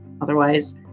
otherwise